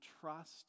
trust